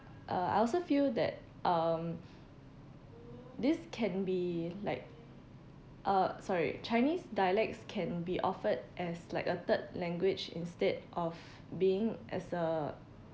uh I also feel that um this can be like uh sorry chinese dialects can be offered as like a third language instead of being as a